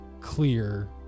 clear